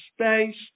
space